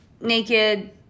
naked